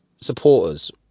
supporters